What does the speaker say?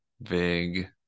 vig